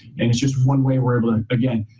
and it's just one way we're able to, again,